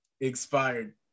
expired